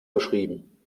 geschrieben